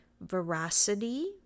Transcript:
veracity